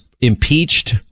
impeached